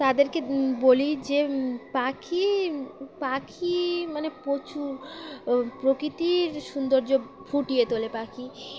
তাদেরকে বলি যে পাখি পাখি মানে প্রচুর প্রকৃতির সৌন্দর্য ফুটিয়ে তোলে পাখি